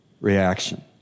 reaction